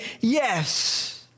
yes